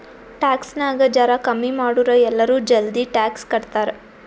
tax ನಾಗ್ ಜರಾ ಕಮ್ಮಿ ಮಾಡುರ್ ಎಲ್ಲರೂ ಜಲ್ದಿ ಟ್ಯಾಕ್ಸ್ ಕಟ್ತಾರ್